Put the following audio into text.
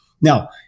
Now